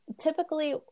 typically